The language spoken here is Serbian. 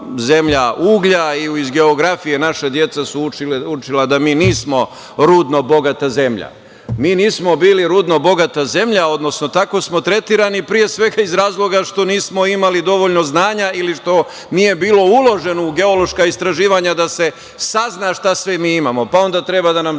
uglja i iz geografije naše deca su učila da mi nismo rudno bogata zemlja. Mi nismo bili rudno bogata zemlja, odnosno tako smo tretirani pre svega iz razloga što nismo imali dovoljno znanja ili što nije bilo uloženo u geološka istraživanja da se sazna šta sve mi imamo, pa onda treba da nam dođu